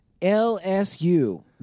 LSU